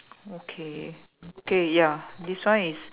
okay okay ya this one is